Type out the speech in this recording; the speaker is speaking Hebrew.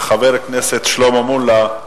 וחבר הכנסת שלמה מולה,